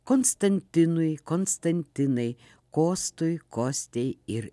konstantinui konstantinai kostui kostei ir